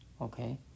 okay